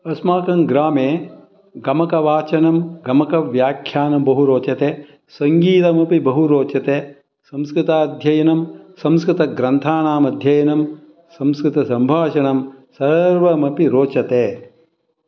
अस्माकङ्ग्रामे गमकवाचनं गमकव्याख्यानं बहु रोचते सङ्गीतमपि बहु रोचते संस्कृताध्ययनं संस्कृतग्रन्थानाम् अध्ययनं संस्कृतसम्भाषणं सर्वम् अपि रोचते